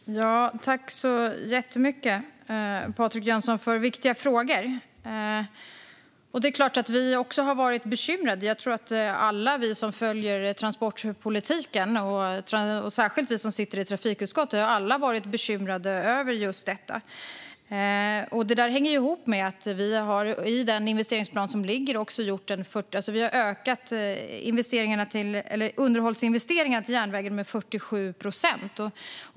Fru talman! Tack så jättemycket, Patrik Jönsson, för viktiga frågor! Det är klart att vi också har varit bekymrade. Jag tror att alla vi som följer transportpolitiken och särskilt vi som sitter i trafikutskottet har varit bekymrade över just detta. Detta hänger ihop med att vi i den investeringsplan som ligger har ökat underhållsinvesteringarna till järnvägen med 47 procent.